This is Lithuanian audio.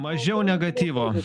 mažiau negatyvo